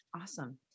Awesome